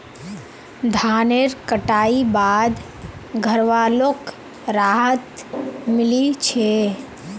धानेर कटाई बाद घरवालोक राहत मिली छे